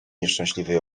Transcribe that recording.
nieszczęśliwej